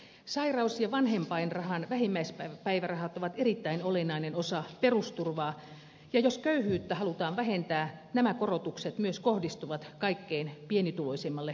sairaus ja vanhempainrahan vähimmäispäivärahat ovat erittäin olennainen osa perusturvaa ja jos köyhyyttä halutaan vähentää nämä korotukset myös kohdistuvat kaikkein pienituloisimmalle väestönosalle